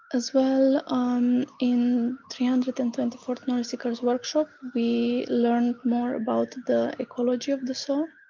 as well um in three hundred and twenty fourth knowledge seekers workshop we learned more about the ecology of the soul.